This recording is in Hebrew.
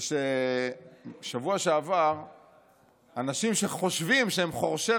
שבשבוע שעבר אנשים שחושבים שהם חורשי